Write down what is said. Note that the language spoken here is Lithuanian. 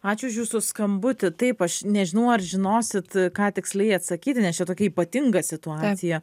ačiū už jūsų skambutį taip aš nežinau ar žinosit ką tiksliai atsakyti nes čia tokia ypatinga situacija